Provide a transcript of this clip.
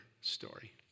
story